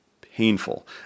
painful